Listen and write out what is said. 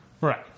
Right